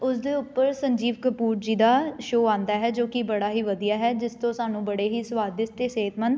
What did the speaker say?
ਉਸਦੇ ਉੱਪਰ ਸੰਜੀਵ ਕਪੂਰ ਜੀ ਦਾ ਸ਼ੋ ਆਉਂਦਾ ਹੈ ਜੋ ਕਿ ਬੜਾ ਹੀ ਵਧੀਆ ਹੈ ਜਿਸ ਤੋਂ ਸਾਨੂੰ ਬੜੇ ਹੀ ਸਵਾਦਿਸ਼ਟ ਅਤੇ ਸਿਹਤਮੰਦ